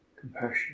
Compassion